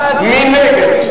מי נגד?